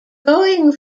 going